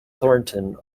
thornton